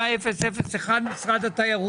פנייה 37001 37001, משרד התיירות.